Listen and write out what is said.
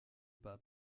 pas